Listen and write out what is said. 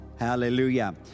Hallelujah